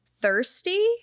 thirsty